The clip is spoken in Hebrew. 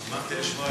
שמחתי לשמוע,